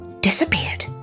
disappeared